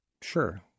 Sure